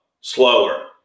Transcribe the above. slower